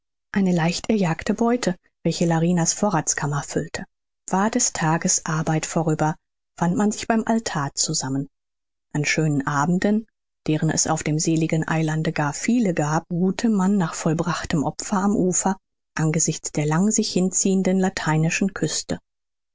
eine leicht erjagte beute welche larina's vorrathskammer füllte war des tages arbeit vorüber fand man sich beim altar zusammen an schönen abenden deren es auf diesem seligen eilande gar viele gab ruhte man nach vollbrachtem opfer am ufer angesichts der lang sich hinziehenden lateinischen küste